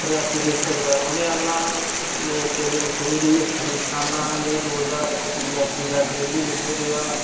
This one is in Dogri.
रियासी डिसिटक दा रौह्ने आह्ला आं में इक इ'यां शुरू दी हिस्टरी सनानां में दो हजार इक पी ऐच्च ई दा इक डेल्ली बेजर रेहा